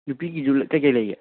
ꯅꯨꯄꯤꯒꯤꯁꯨ ꯀꯩꯀꯩ ꯂꯩꯒꯦ